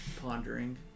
pondering